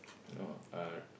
no uh